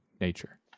nature